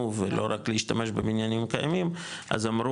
ולא רק להשתמש בבניינים קיימים אז אמרו,